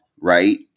right